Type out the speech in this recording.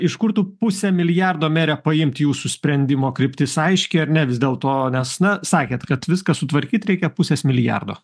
iš kur tų pusę milijardo mere paimt jūsų sprendimo kryptis aiški ar ne vis dėlto nes na sakėt kad viską sutvarkyt reikia pusės milijardo